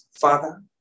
Father